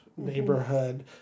neighborhood